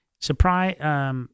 surprise